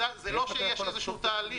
זה לא שיש איזשהו תהליך.